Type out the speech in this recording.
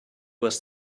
was